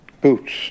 Boots